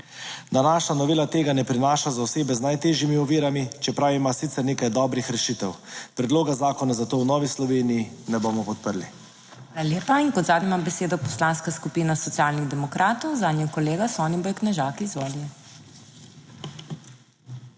Današnja novela tega ne prinaša za osebe z najtežjimi ovirami, čeprav ima sicer nekaj dobrih rešitev. Predloga zakona zato v Novi Sloveniji ne bomo podprli.